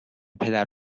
پدر